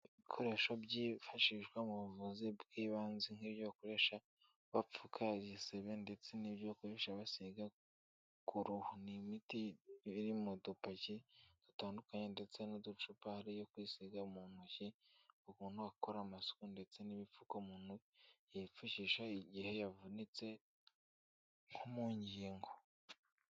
Ibikoresho byifashishwa mu buvuzi bw'ibanze nk'ibyo bakoresha bapfuka igisebe ndetse n'ibyo bakoresha basiga k'uruhu, ni imiti iba iri mu dupaki dutandukanye ndetse n'uducupa hari iyo kwisiga mu ntoki umuntu akora amasuku ndetse n'ibipfuko umuntu yipfukisha igihe yavunitse nko mu ngingo.